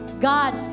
God